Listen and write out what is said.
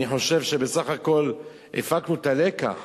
אני חושב שבסך הכול הפקנו את הלקח,